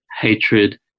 hatred